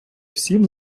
всім